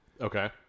Okay